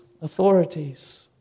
authorities